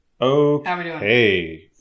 Okay